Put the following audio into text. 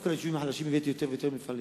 דווקא ליישובים החלשים הבאתי יותר ויותר מפעלים.